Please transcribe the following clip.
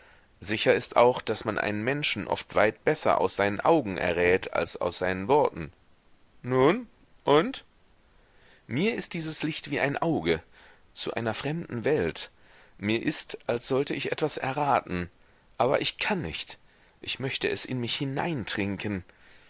sicher ist auch daß man einen menschen oft weit besser aus seinen augen errät als aus seinen worten nun und mir ist dieses licht wie ein auge zu einer fremden welt mir ist als sollte ich etwas erraten aber ich kann nicht ich möchte es in mich